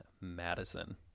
Madison